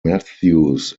matthews